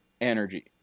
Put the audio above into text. energy